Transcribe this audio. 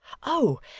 oh!